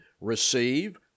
Receive